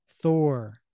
Thor